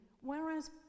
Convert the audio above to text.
whereas